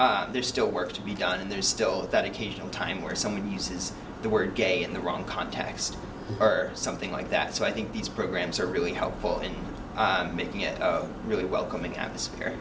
is there's still work to be done and there's still that occasional time where someone uses the word gay in the wrong context or something like that so i think these programs are really helpful in making it a really welcoming atmosphere